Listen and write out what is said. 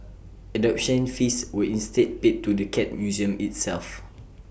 adoption fees were instead paid to the cat museum itself